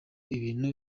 ibintu